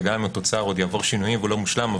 וגם אם התוצר יעבור שינויים ואינו מושלם,